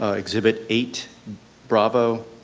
ah exhibit eight bravo,